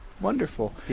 Wonderful